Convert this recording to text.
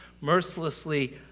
mercilessly